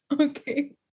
Okay